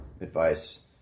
advice